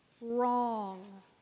wrong